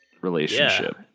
relationship